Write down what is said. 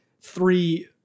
three